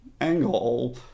angle